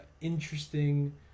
interesting